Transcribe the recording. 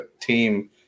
team